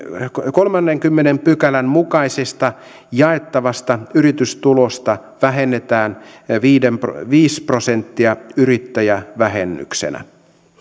kolmannenkymmenennen pykälän mukaisesta jaettavasta yritystulosta vähennetään viisi prosenttia yrittäjävähennyksenä